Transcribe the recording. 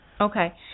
Okay